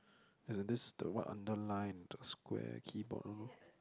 as in this is the what underline the square keyboard all